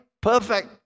perfect